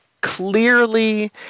Clearly